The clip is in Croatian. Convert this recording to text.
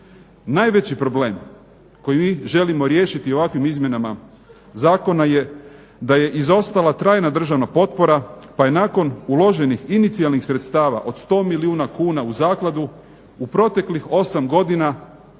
Najveći problem koji mi želimo riješiti ovakvim izmjenama zakona je da je izostala trajna državna potpora pa je nakon uloženih inicijalnih sredstava od 100 milijuna kuna u zakladu u proteklih osam godina uplaćeno